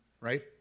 Right